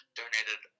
donated